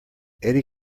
eddy